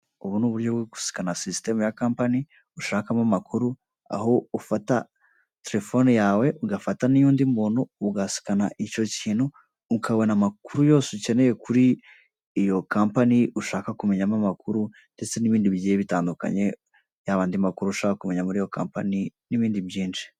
Ubu ni uburyo bwo gusikana sisitemu ya kampani ushakamo amakuru, aho ufata terefone yawe ugafata n'iy'undi muntu ugasikana icyo kintu ukabona amakuru yose ukeneye kuri iyo kampani ushaka kumenyamo amakuru ndetse n'ibindi bigiye bitandukanye, yaba andi makuru ushaka muri iyo kampani n'ibindi byinshi.